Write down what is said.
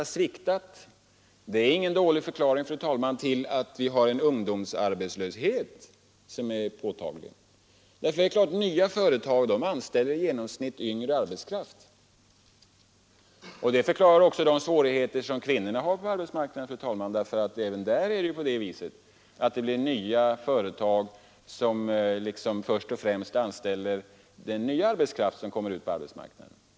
Att det har sviktat är ingen dålig förklaring på att vi har en påtaglig ungdomsarbetslöshet. Nya företag anställer i genomsnitt yngre arbetskraft. Det förklarar också kvinnornas svårigheter på arbetsmarknaden, eftersom nya företag anställer först och främst den nya arbetskraft som kommer ut på arbetsmarknaden.